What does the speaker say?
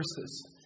verses